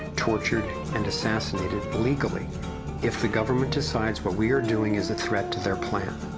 tortured and assassinated legally if the government decides, what we're doing is a threat to their plan.